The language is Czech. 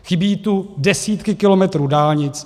Chybí tu desítky kilometrů dálnic.